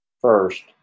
first